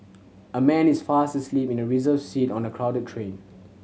a man is fast asleep in a reserved seat on a crowded train